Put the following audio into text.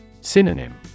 Synonym